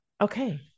Okay